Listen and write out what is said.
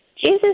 Jesus